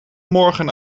morgen